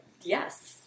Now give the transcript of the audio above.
Yes